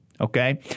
Okay